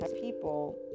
people